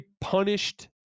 punished